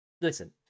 Listen